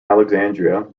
alexandria